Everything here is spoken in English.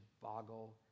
boggle